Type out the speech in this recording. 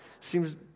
seems